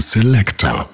Selector